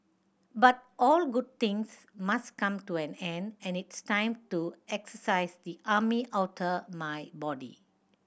but all good things must come to an end and it's time to exorcise the army outta my body